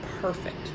perfect